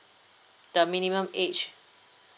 the minimum age